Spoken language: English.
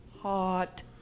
Hot